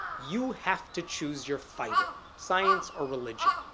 you have to choose your fighter science or religion.